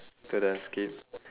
student skip